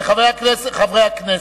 חברי הכנסת,